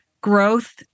growth